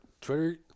twitter